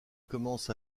commence